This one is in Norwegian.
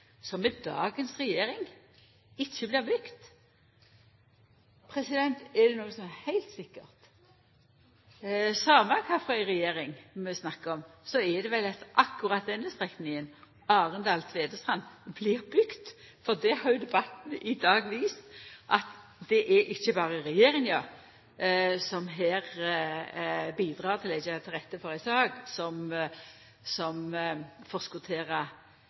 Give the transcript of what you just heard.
som med dagens regjering ikkje blir bygd: Er det noko som er heilt sikkert, same kva for ei regjering vi snakkar om, er det at akkurat denne strekninga – Arendal–Tvedestrand – blir bygd. For debatten i dag har vist at det er ikkje berre regjeringa som her bidreg til å leggja til rette for ei sak som forskotterer planmidlar, det er faktisk eit samla storting som